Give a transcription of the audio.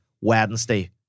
Wednesday